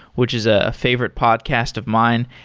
which is a favorite podcast of mine,